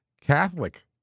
Catholic